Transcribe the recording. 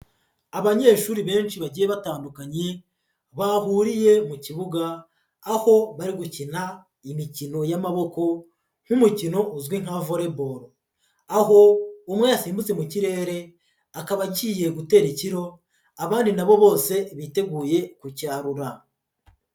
Abanyeshuri benshi bagiye batandukanye, bahuriye mu kibuga, aho bari gukina imikino y'amaboko nk'umukino uzwi nka Volleyball, aho umwe yasimbutse mu kirere akaba agiye gutera ikiro, abandi na bo bose biteguye kucyarura.